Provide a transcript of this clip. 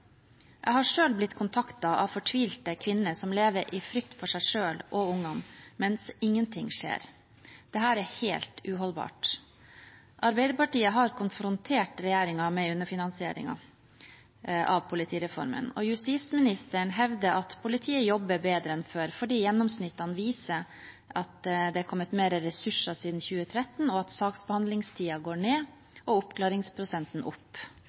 Jeg har selv blitt kontaktet av fortvilte kvinner som lever i frykt for seg selv og ungene, mens ingenting skjer. Dette er helt uholdbart. Arbeiderpartiet har konfrontert regjeringen med underfinansieringen av politireformen, og justisministeren hevder at politiet jobber bedre enn før, fordi gjennomsnittene viser at det har kommet flere ressurser siden 2013, og at saksbehandlingstiden går ned og oppklaringsprosenten opp.